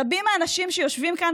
רבים מהאנשים שיושבים כאן,